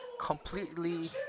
completely